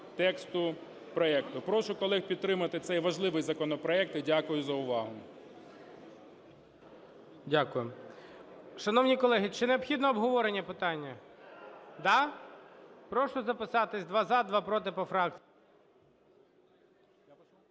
тексту проекту. Прошу колег підтримати цей важливий законопроект. І дякую за увагу. ГОЛОВУЮЧИЙ. Дякую. Шановні колеги, чи необхідно обговорення питання? Да? Прошу записатися: два – за, два – проти по фракціях.